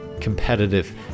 competitive